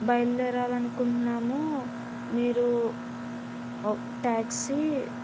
బయలుదేరాలనుకుంటున్నాము మీరు ఒ ట్యాక్సీ